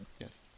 Yes